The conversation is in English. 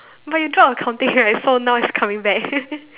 but you drop accounting right so now it's coming back